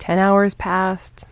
ten hours past